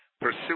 Pursue